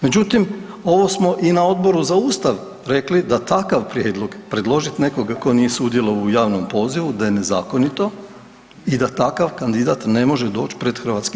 Međutim, ovo smo i na Odboru za Ustav rekli da takav prijedlog, predložiti nekoga tko nije sudjelovao u javnom pozivu, da je nezakonito i da takav kandidat ne može doći pred HS.